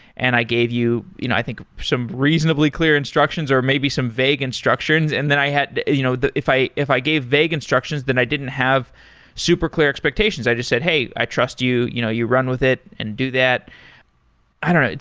and i gave you you know i think some reasonably clear instructions or maybe some vague instructions and then i had you know if i if i gave vague instructions, then i didn't have super clear expectations. i just said, hey, i trust you. you know you run with it and do that i don't know.